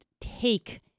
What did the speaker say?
take